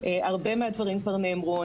הרבה מהדברים כבר נאמרו,